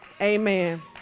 Amen